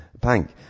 Bank